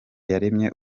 yaremye